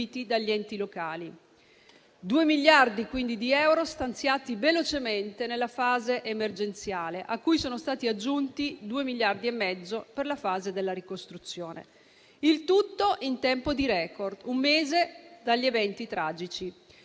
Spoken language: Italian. miliardi di euro stanziati velocemente nella fase emergenziale, cui sono stati aggiunti 2,5 miliardi per la fase della ricostruzione, il tutto in tempo *record*, un mese dagli eventi tragici,